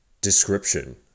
description